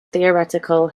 theoretical